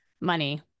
money